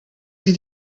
did